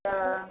ओ